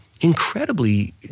incredibly